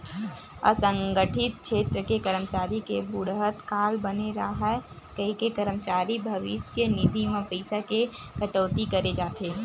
असंगठित छेत्र के करमचारी के बुड़हत काल बने राहय कहिके करमचारी भविस्य निधि म पइसा के कटउती करे जाथे